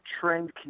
trend